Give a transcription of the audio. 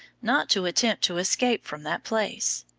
not to attempt to escape from that place.